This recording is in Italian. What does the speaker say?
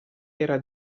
era